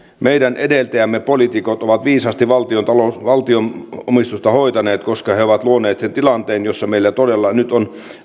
meidän edeltäjämme poliitikot ovat viisaasti valtion omistusta hoitaneet koska he ovat luoneet sen tilanteen jossa meillä todella nyt on